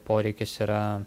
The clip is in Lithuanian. poreikis yra